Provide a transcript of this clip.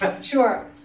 Sure